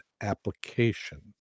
application